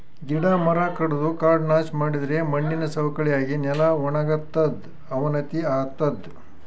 ಗಿಡ ಮರ ಕಡದು ಕಾಡ್ ನಾಶ್ ಮಾಡಿದರೆ ಮಣ್ಣಿನ್ ಸವಕಳಿ ಆಗಿ ನೆಲ ವಣಗತದ್ ಅವನತಿ ಆತದ್